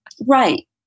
Right